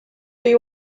you